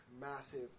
massive